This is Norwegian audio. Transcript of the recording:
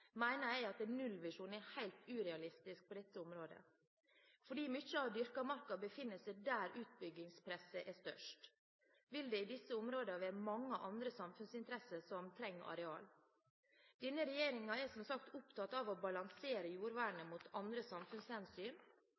jeg at en nullvisjon er helt urealistisk på dette området. Fordi mye av den dyrkede marka befinner seg der utbyggingspresset er størst, vil det i disse områdene være mange andre samfunnsinteresser som trenger arealer. Denne regjeringen er som sagt opptatt av å balansere jordvernet mot andre samfunnshensyn.